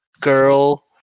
girl